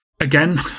Again